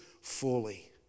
fully